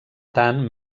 tant